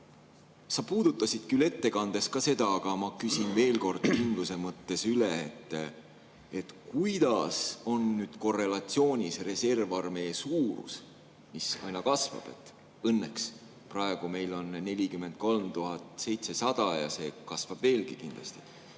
Sa puudutasid küll ettekandes ka seda, aga ma küsin veel kord kindluse mõttes üle. Kuidas on nüüd korrelatsioonis reservarmee suurus, mis aina kasvab õnneks – praegu meil on [see arv] 43 700 ja see kasvab veelgi kindlasti